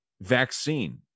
vaccine